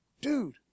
Dude